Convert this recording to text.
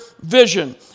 vision